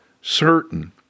certain